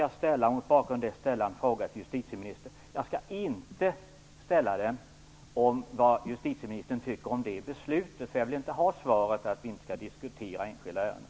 Jag skall mot bakgrund av det ställa en fråga till justitieministern. Jag skall inte fråga vad justitieministern tycker om det beslutet, för jag vill inte ha svaret att vi inte skall diskutera enskilda ärenden.